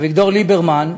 אביגדור ליברמן,